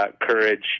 courage